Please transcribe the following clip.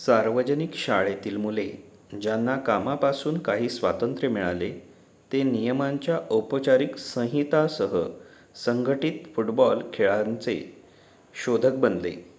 सार्वजनिक शाळेतील मुले ज्यांना कामापासून काही स्वातंत्र्य मिळाले ते नियमांच्या औपचारिक संहितासह संघटित फुटबॉल खेळांचे शोधक बनले